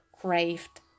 craved